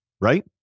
right